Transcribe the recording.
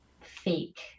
fake